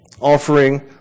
offering